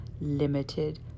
limited